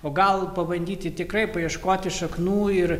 o gal pabandyti tikrai paieškoti šaknų ir